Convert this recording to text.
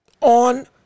on